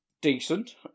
decent